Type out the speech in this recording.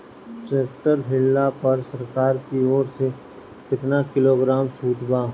Tractor लिहला पर सरकार की ओर से केतना किलोग्राम छूट बा?